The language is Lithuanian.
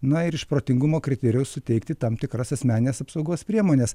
na ir iš protingumo kriterijų suteikti tam tikras asmenines apsaugos priemones